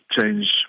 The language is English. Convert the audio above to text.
change